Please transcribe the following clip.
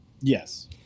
Yes